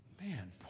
Man